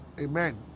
Amen